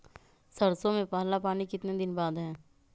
सरसों में पहला पानी कितने दिन बाद है?